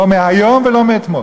לא מהיום ולא מאתמול.